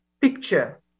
picture